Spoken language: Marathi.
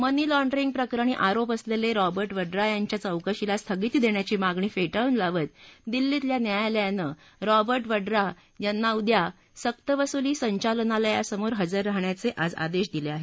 मनी लॉण्डरिंग प्रकरणी आरोप असलेले रॉबा वडरा यांच्या चौकशीला स्थगिती देण्याची मागणी फे ळून लावत दिल्लीतल्या न्यायालयानं रॉब वडरा यांना उद्या सक्त वसुली संचालमालयासमोर हजार राहण्याचे आज आदेश दिले आहेत